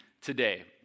Today